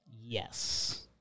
Yes